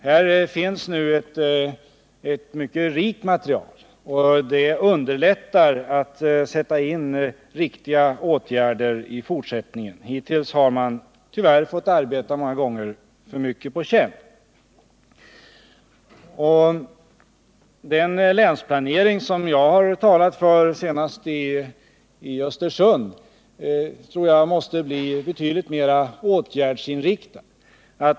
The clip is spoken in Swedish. Här finns nu ett mycket rikt material, och det gör det lättare att sätta in riktiga åtgärder i fortsättningen. Hittills har man tyvärr många gånger fått arbeta på känn. Den länsplanering som jag har talat för, senast i Östersund, tror jag måste bli betydligt mera åtgärdsinriktad.